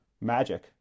magic